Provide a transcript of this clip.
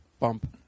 bump